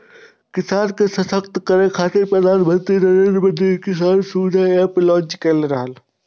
किसान के सशक्त करै खातिर प्रधानमंत्री नरेंद्र मोदी किसान सुविधा एप लॉन्च केने रहै